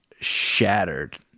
shattered